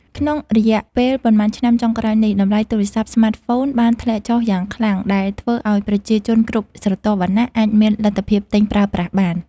ក្នុងរយៈពេលប៉ុន្មានឆ្នាំចុងក្រោយនេះ តម្លៃទូរសព្ទស្មាតហ្វូនបានធ្លាក់ចុះយ៉ាងខ្លាំង ដែលធ្វើឲ្យប្រជាជនគ្រប់ស្រទាប់វណ្ណៈអាចមានលទ្ធភាពទិញប្រើប្រាស់បាន។